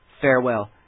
farewell